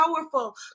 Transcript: powerful